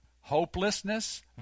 hopelessness